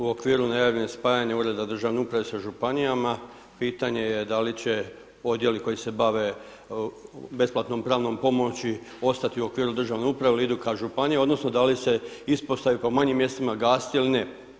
U okviru najave spajanja Ureda državne uprave sa županijama, pitanje je da li će odjeli koji se bave besplatnom pravnom pomoći ostati u okviru državne upravi ili idu ka županiji, odnosno da li se ispostave po manjim mjestima gasit ili ne?